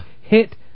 hit